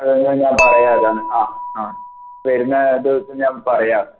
അതെ ഞാൻ പറയാമത് ആ ആ വരുന്ന ദിവസം ഞാൻ പറയാം